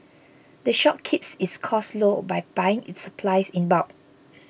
the shop keeps its costs low by buying its supplies in bulk